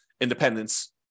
independence